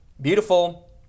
beautiful